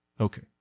Okay